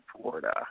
Florida